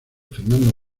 fernando